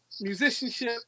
Musicianship